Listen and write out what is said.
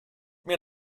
mir